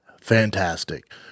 fantastic